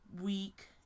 week